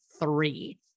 three